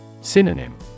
Synonym